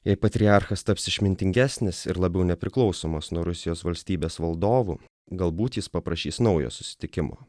jei patriarchas taps išmintingesnis ir labiau nepriklausomas nuo rusijos valstybės valdovų galbūt jis paprašys naujo susitikimo